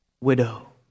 widow